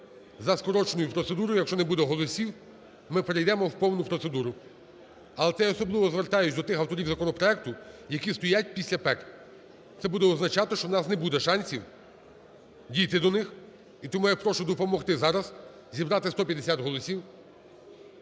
за скороченою процедурою. Якщо не буде голосів, ми перейдемо в повну процедуру. Але це я особливо звертаюся до тих авторів законопроекту, які стоять після ПЕК. Це буде означати, що в нас не буде шансів дійти до них. І тому я прошу допомогти зараз зібрати 150 голосів,